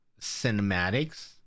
cinematics